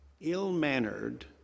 ill-mannered